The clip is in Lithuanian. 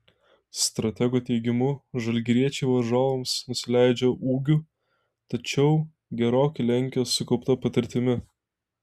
stratego teigimu žalgiriečiai varžovams nusileidžia ūgiu tačiau gerokai lenkia sukaupta patirtimi